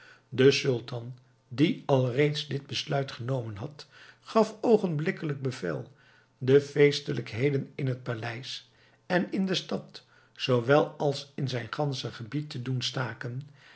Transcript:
de sultan die alreeds dit besluit genomen had gaf oogenblikkelijk bevel de feestelijkheden in het paleis en in de stad zoowel als in zijn gansche gebied te doen staken